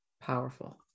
Powerful